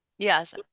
Yes